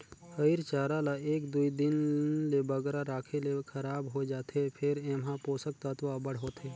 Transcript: हयिर चारा ल एक दुई दिन ले बगरा राखे ले खराब होए जाथे फेर एम्हां पोसक तत्व अब्बड़ होथे